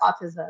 autism